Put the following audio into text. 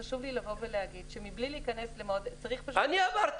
חשוב לי לבוא ולהגיד שגם --- אני אתן לך.